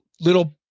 little